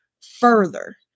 further